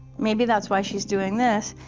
maybe that's why she's doing this.